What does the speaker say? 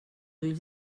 ulls